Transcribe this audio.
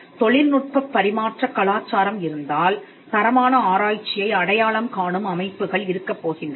எனவே தொழில்நுட்பப் பரிமாற்றக் கலாச்சாரம் இருந்தால் தரமான ஆராய்ச்சியை அடையாளம் காணும் அமைப்புகள் இருக்கப்போகின்றன